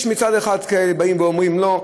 יש מצד אחד אומרים: לא,